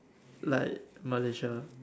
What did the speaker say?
like Malaysia